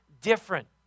different